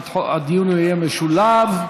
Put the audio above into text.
הדיון יהיה משולב.